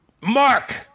Mark